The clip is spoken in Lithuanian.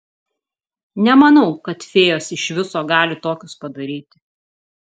nemanau kad fėjos iš viso gali tokius padaryti